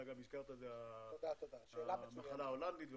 גם הזכרת את המחלה ההולנדית וכו'.